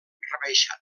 rebaixat